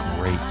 great